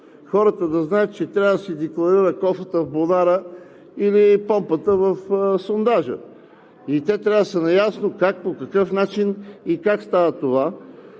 хората да знаят, че трябва да си декларират кофата в бунара или помпата в сондажа, и те трябва да са наясно как, по какъв начин и как става това.